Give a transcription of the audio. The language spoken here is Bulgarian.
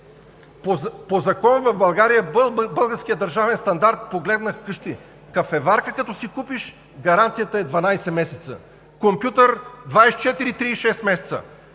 по закон в България българският държавен стандарт, погледнах вкъщи – кафеварка, като си купиш, гаранцията е 12 месеца, компютър – 24 – 36 месеца,